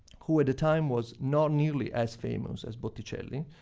who, at the time, was not nearly as famous as botticelli.